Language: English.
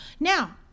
Now